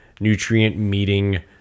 nutrient-meeting